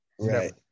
Right